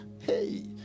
Hey